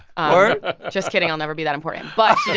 ah word just kidding. i'll never be that important but